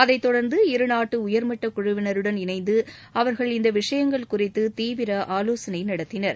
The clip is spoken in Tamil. அதைத் தொடர்ந்து இருநாட்டு உயர்மட்ட குழுவினருடன் இணைந்து அவர்கள் இந்த விஷயங்கள் குறித்து தீவிர ஆலோசனை நடத்தினர்